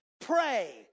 Pray